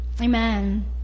Amen